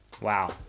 wow